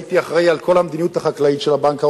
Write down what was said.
הייתי האחראי לכל המדיניות החקלאית של הבנק העולמי,